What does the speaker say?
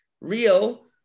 real